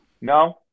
No